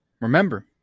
Remember